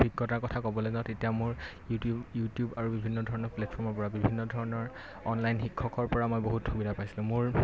অভিজ্ঞতাৰ কথা ক'বলৈ যাওঁ তেতিয়া মোৰ ইউটিউব ইউটিউব আৰু বিভিন্ন ধৰণৰ প্লেটফৰ্মৰ পৰা বিভিন্ন ধৰণৰ অনলাইন শিক্ষকৰ পৰা মই বহুত সুবিধা পাইছিলোঁ মোৰ